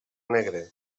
negre